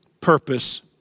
purpose